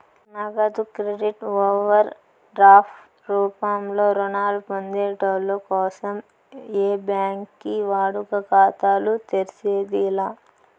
నగదు credit overdraft రూపంలో రుణాలు పొందేటోళ్ళ కోసం ఏ బ్యాంకి వాడుక ఖాతాలు తెర్సేది లా